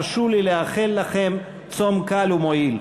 הרשו לי לאחל לכם צום קל ומועיל.